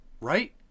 Right